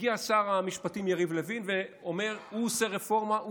מגיע שר המשפטים יריב לוין ואומר שהוא עושה רפורמה,